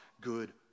good